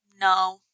No